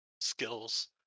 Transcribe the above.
skills